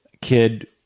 kid